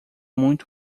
muito